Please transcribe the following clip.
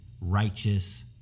righteous